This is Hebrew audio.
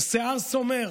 השיער סומר.